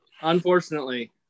Unfortunately